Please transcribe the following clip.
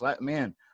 man